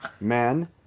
Men